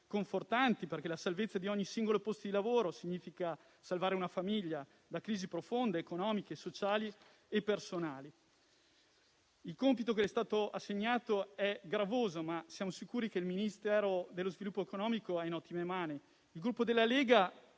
confortanti perché la salvezza di ogni singolo posto di lavoro significa salvare una famiglia da crisi profonde economiche, sociali e personali. Il compito che le è stato assegnato è gravoso, ma siamo sicuri che il Ministero dello sviluppo economico è in ottime mani. Il Gruppo Lega